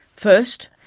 first,